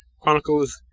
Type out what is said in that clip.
Chronicles